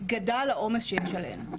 גדל העומס בכ-63%.